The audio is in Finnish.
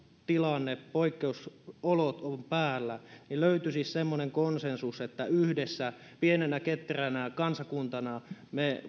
tilanne poikkeusolot päällä niin löytyisi semmoinen konsensus että yhdessä pienenä ketteränä kansakuntana me